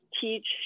teach